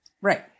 Right